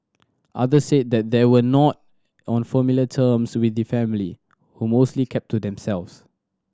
others said that they were not on familiar terms with the family who mostly kept to themselves